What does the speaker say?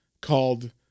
called